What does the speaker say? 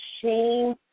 shame